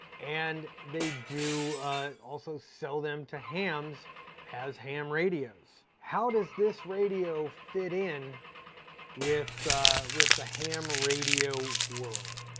and they do also sell them to hams as ham radios. how does this radio fit in with the with the ham radio world?